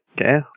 Okay